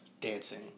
dancing